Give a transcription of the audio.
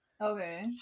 Okay